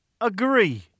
Agree